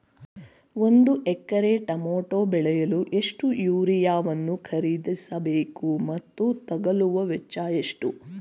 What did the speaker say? ಒಂದು ಎಕರೆ ಟಮೋಟ ಬೆಳೆಯಲು ಎಷ್ಟು ಯೂರಿಯಾವನ್ನು ಖರೀದಿಸ ಬೇಕು ಮತ್ತು ತಗಲುವ ವೆಚ್ಚ ಎಷ್ಟು?